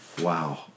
wow